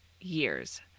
years